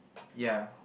ya